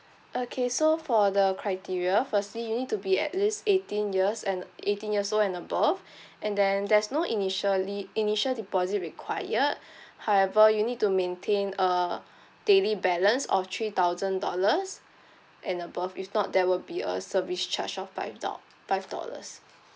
okay so for the criteria firstly you need to be at least eighteen years and eighteen years old and above and then there's no initially initial deposit required however you need to maintain a daily balance of three thousand dollars and above if not there will be a service charge of five do~ five dollars